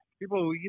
people